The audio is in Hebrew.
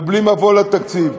ובלי מבוא לתקציב,